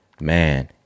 man